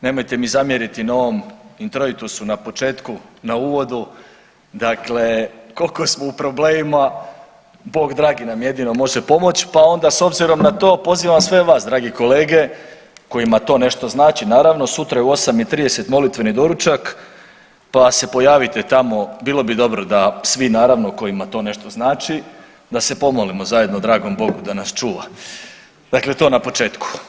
Nemojte mi zamjeriti na ovom intuitusu na početku na uvodu, dakle koliko smo u problemima Bog dragi nam jedino može pomoć, pa onda s obzirom na to pozivam sve vas dragi kolege kojima to nešto znači naravno, sutra je u 8,30 molitveni doručak pa se pojavite tamo, bilo bi dobro da svi naravno kojima to nešto znači da se pomolimo zajedno dragom Bogu da nas čuva, dakle to na početku.